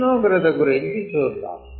ఉష్ణోగ్రత గురించి చూద్దాం